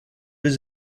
his